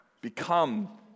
Become